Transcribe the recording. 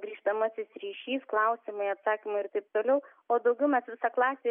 grįžtamasis ryšys klausimai atsakymai ir taip toliau o daugiau mes visa klasė